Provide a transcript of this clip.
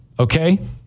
Okay